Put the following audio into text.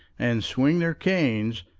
and swing their canes,